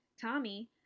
Tommy